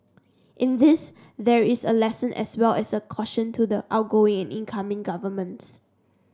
in this there is a lesson as well as a caution to the outgoing incoming governments